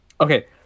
Okay